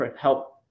help